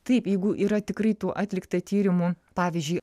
taip jeigu yra tikrai tų atlikta tyrimų pavyzdžiui